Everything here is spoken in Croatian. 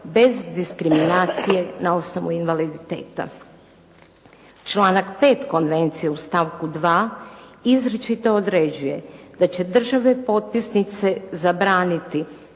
bez diskriminacije na osnovu invaliditeta. Članak 5. konvencije u stavku 2. izričito određuje da će države potpisnice zabraniti